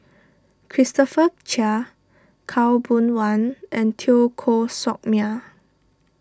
Christopher Chia Khaw Boon Wan and Teo Koh Sock Miang